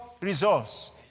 results